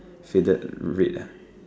faded red ah